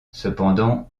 cependant